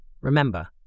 Remember